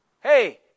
hey